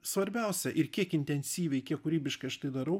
svarbiausia ir kiek intensyviai kiek kūrybiškai aš tai darau